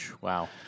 Wow